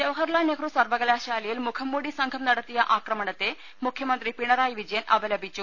ജവഹർലാൽ നെഹ്റു സർവ്വകലാശാലയിൽ മുഖം മൂടി സംഘം നടത്തിയ ആക്രമണത്തെ മുഖ്യമന്ത്രി പിണറായി വിജ യൻ അപലപിച്ചു